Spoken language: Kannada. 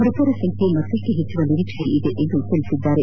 ಮೃತರ ಸಂಖ್ಯೆ ಮತ್ತಪ್ಪು ಹೆಚ್ಚುವ ನಿರೀಕ್ಷೆಯಿದೆ ಎಂದು ತಿಳಿಸಿದ್ದಾರೆ